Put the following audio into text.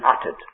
uttered